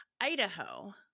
Idaho